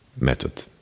method